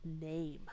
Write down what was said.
name